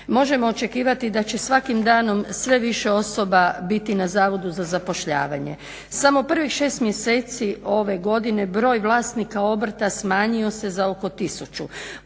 možemo očekivati da će svakim danom sve više osoba biti na Zavodu za zapošljavanje. Samo prvih 6 mjeseci ove godine broj vlasnika obrta smanjio se za oko 1000.